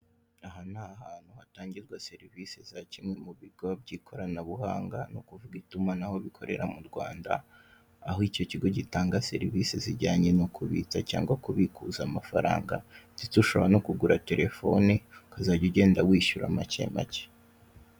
Aha ni ahantu hatangirwa serivise za kimwe mu bigo by'ikoranabuhanga, n'ukuvuga itumanaho bikorera mu Rwanda. Aho icyo kigo gitanga serivise zijyanye no kubitsa cyangwa kubikuza amafaranga, ndetse ushobora no kugura telefone ukazajya ugenda wishyura macye macye.